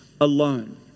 alone